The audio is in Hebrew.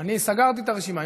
אני סגרתי את הרשימה.